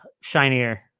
shinier